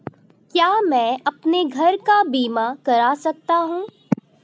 क्या मैं अपने घर का बीमा करा सकता हूँ?